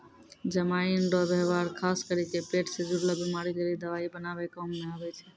जमाइन रो वेवहार खास करी के पेट से जुड़लो बीमारी लेली दवाइ बनाबै काम मे आबै छै